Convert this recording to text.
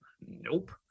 Nope